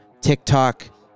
TikTok